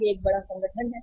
यह एक बड़ा संगठन है